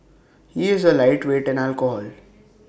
he is A lightweight in alcohol